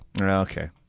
okay